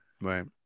Right